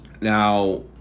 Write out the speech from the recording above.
now